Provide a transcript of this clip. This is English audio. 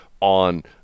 on